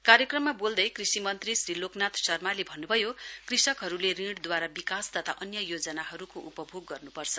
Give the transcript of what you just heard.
कार्यक्रममा बोल्दै कृषि मन्त्री श्री लोकनाथ शर्माले भन्नुभयो कृषकहरूले ऋणद्वारा विकास तथा अन्य योजनाहरूको उपभोग गर्नुपर्छ